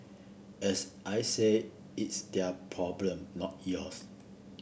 as I said it's their problem not yours